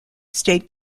state